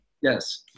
Yes